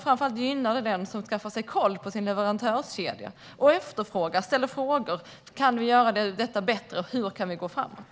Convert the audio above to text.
Framför allt gynnar det den som skaffar sig koll på sin leverantörskedja och ställer frågor: Kan du göra detta bättre, och hur kan vi gå framåt?